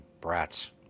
brats